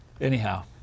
Anyhow